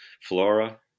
Flora